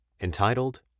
entitled